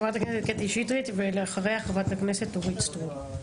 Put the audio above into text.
חברת הכנסת קטי שטרית ואחריה חברת הכנסת אורית סטרוק.